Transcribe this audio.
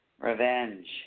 Revenge